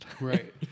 Right